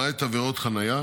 למעט עבירות חניה,